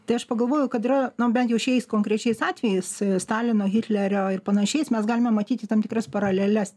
tai aš pagalvojau kad yra na bent jau šiais konkrečiais atvejais stalino hitlerio ir panašiais mes galime matyti tam tikras paraleles